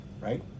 right